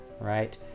right